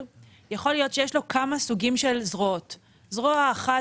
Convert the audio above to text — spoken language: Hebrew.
יכול להיות שיש לו כמה סוגים של זרועות כאשר זרוע אחת